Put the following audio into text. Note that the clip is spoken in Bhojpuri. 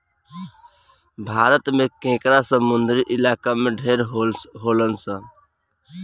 भारत में केकड़ा समुंद्री इलाका में ढेर होलसन